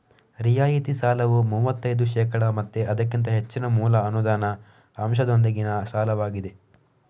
ರಿಯಾಯಿತಿ ಸಾಲವು ಮೂವತ್ತೈದು ಶೇಕಡಾ ಮತ್ತೆ ಅದಕ್ಕಿಂತ ಹೆಚ್ಚಿನ ಮೂಲ ಅನುದಾನ ಅಂಶದೊಂದಿಗಿನ ಸಾಲವಾಗಿದೆ